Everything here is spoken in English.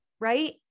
right